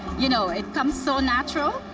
you know, it comes so natural,